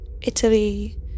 Italy